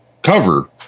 cover